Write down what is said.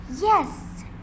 Yes